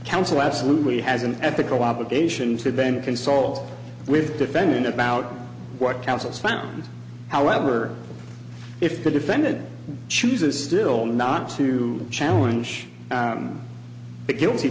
counsel absolutely has an ethical obligation to then consult with defendant about what counsels found however if the defendant chooses still not to challenge the guilty